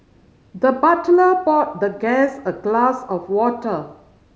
the butler poured the guest a glass of water